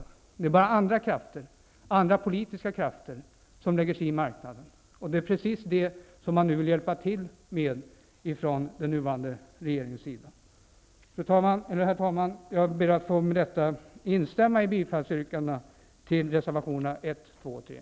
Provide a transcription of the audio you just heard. Följden blir bara att andra politiska krafter lägger sig i marknaden, och det är precis detta den nuvarande regeringen vill hjälpa till med. Herr talman! Jag ber med detta att få instämma i yrkandena om bifall till reservationerna 1, 2 och